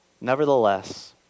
nevertheless